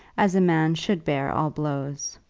as a man should bear all blows.